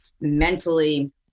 mentally